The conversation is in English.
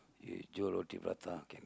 you do roti-prata can